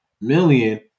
million